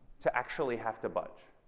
to actually have to budge